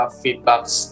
feedbacks